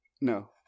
No